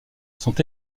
sont